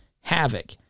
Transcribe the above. havoc